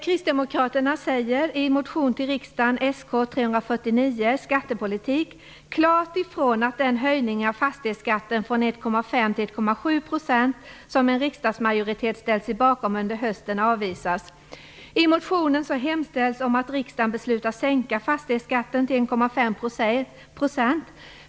Kristdemokraterna säger i motion Sk:349, Skattepolitik, till riksdagen klart ifrån att den höjning av fastighetsskatten från 1,5 till 1,7 % som en riksdagsmajoritet ställt sig bakom under hösten avvisas. I motionen hemställs att riksdagen beslutar sänka fastighetsskatten till 1,5 %.